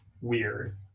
weird